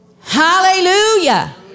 Hallelujah